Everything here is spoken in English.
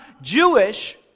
Jewish